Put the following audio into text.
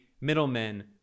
middlemen